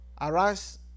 Arise